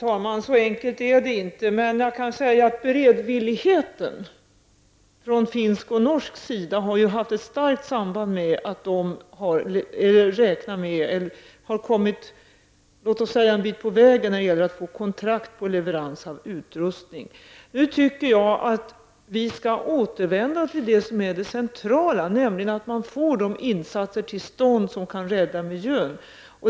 Fru talman! Så enkelt är det inte. Men jag kan säga att beredvilligheten från finsk och norsk sida har haft ett starkt samband med att man där kommit en bit på vägen när det gäller att få kontrakt på leverans av utrustning. Nu tycker jag att vi skall återvända till det som är det centrala, nämligen att man får till stånd de insatser som kan rädda miljön.